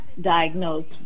diagnosed